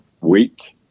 weak